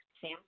sam